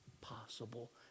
possible